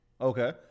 Okay